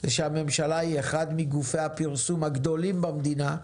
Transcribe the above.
זה שהממשלה היא אחד מגופי הפרסום הגדולים במדינה,